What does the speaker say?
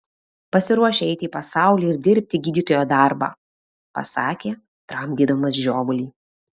pasiruošę eiti į pasaulį ir dirbti gydytojo darbą pasakė tramdydamas žiovulį